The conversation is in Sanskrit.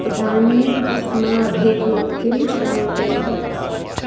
इदानीम् अस्माभिः किं श्रूयते